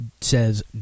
says